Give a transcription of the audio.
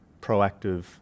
proactive